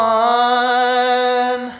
one